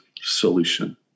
solution